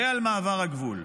ועל מעבר הגבול.